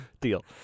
deal